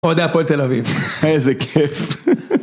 אוהדי הפועל תל אביב, איזה כיף.